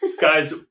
guys